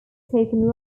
spoken